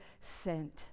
sent